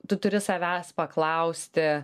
tu turi savęs paklausti